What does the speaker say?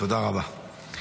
תודה רבה.